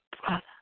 brother